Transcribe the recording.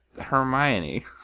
Hermione